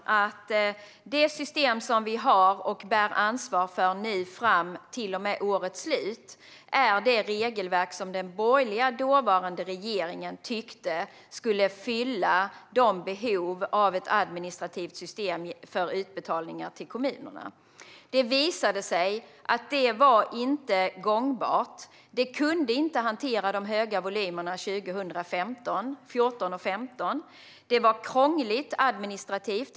Det system och det regelverk som vi har och bär ansvar för fram till årets slut är det som den dåvarande borgerliga regeringen tyckte skulle tillgodose behovet av ett administrativt system för utbetalningar till kommunerna. Det visade sig dock att det inte var gångbart. Det kunde inte hantera de höga volymerna 2014 och 2015. Det var krångligt administrativt.